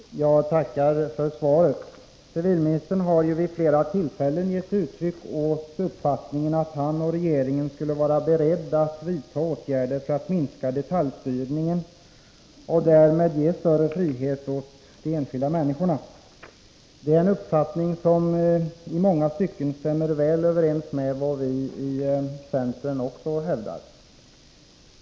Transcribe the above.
Herr talman! Jag tackar för svaret. Civilministern har vid flera tillfällen gett uttryck åt uppfattningen att han och regeringen skulle vara beredda att vidtaga åtgärder för att minska detaljstyrningen och därmed ge större frihet åt de enskilda människorna. Det är en uppfattning som i många stycken stämmer väl överens med vad också vi från centern hävdar.